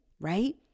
right